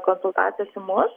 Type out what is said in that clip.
konsultacijos į mus